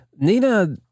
Nina